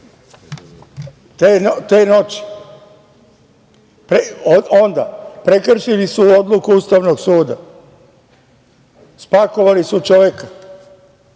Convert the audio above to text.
noći prekršili su odluku Ustavnog suda, spakovali su čoveka.